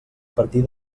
partir